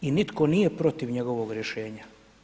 I nitko nije protiv njegovog rješenja.